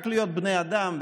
רק להיות בני אדם,